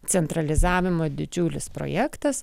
centralizavimo didžiulis projektas